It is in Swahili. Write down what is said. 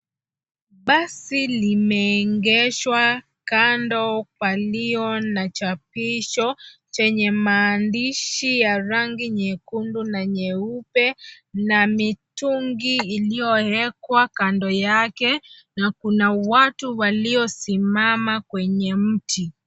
Basi limeegeshwa kando walio na chapisho chenye maandishi ya rangi nyekundu na nyeupe na mitungi iliyowekwa kando yake na kuna watu waliosimama kwenye mti.